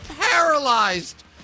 paralyzed